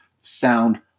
sound